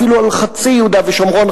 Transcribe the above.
אפילו על חצי יהודה ושומרון,